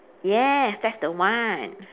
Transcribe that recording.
yes that's the one